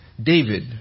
David